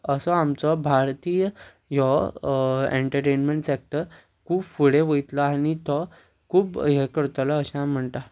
असो आमचो भारतीय हो एंटरटेनमेंट सेक्टर खूब फुडें वयतलो आनी तो खूब हे करतलो अशें आमी म्हणटा